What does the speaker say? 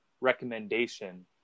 recommendation